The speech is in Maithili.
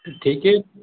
ठीके छै